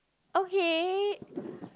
okay